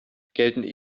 gelten